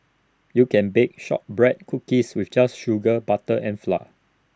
you can bake Shortbread Cookies with just sugar butter and flour